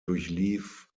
durchlief